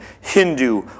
Hindu